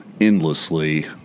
endlessly